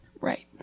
Right